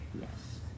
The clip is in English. Yes